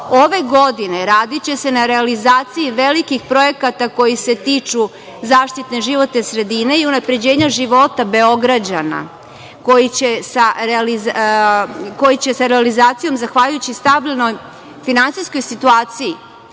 godine radiće se na realizaciji velikih projekata koji se tiču zaštite životne sredine i unapređenja života Beograđana, koji će sa realizacijom, zahvaljujući stabilnoj finansijskoj situaciji